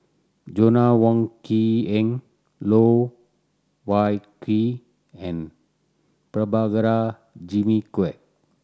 Joanna Wong Quee Heng Loh Wai Kiew and Prabhakara Jimmy Quek